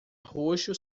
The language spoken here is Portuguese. roxo